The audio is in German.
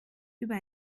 über